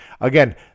Again